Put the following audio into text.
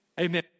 Amen